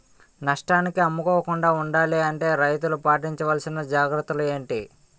నష్టానికి అమ్ముకోకుండా ఉండాలి అంటే రైతులు పాటించవలిసిన జాగ్రత్తలు ఏంటి